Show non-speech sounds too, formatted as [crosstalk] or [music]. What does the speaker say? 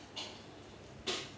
[noise]